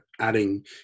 adding